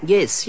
Yes